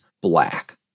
black